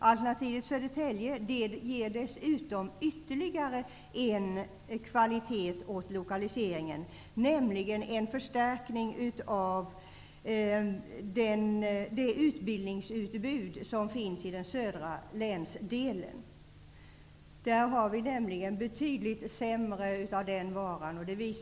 Alternativet Södertälje ger dessutom ytterligare en kvalitet åt lokaliseringen, nämligen en förstärkning av det utbildningsutbud som finns i den södra länsdelen. Där har vi betydligt sämre av den varan.